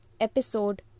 episode